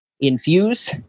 Infuse